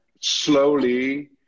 slowly